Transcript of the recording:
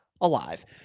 alive